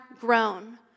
grown